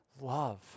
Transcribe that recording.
Love